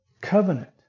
covenant